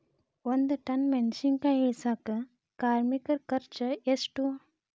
ಒಂದ್ ಟನ್ ಮೆಣಿಸಿನಕಾಯಿ ಇಳಸಾಕ್ ಕಾರ್ಮಿಕರ ಖರ್ಚು ಎಷ್ಟು?